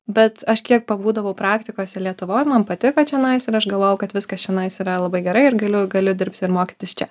bet aš kiek pabūdavau praktikose lietuvoj man patiko čionais ir aš galvojau kad viskas čionais yra labai gerai ir galiu galiu dirbti ir mokytis čia